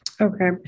Okay